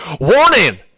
warning